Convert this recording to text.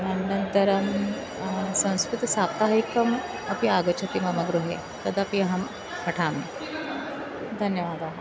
अनन्तरं संस्कृतसाप्ताहिकम् अपि आगच्छति मम गृहे तदपि अहं पठामि धन्यवादाः